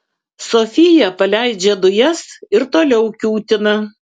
sofija paleidžia dujas ir toliau kiūtina